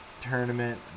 tournament